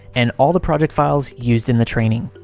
and all the project files used in the training.